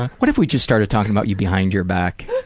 what if we just started talking about you behind your back?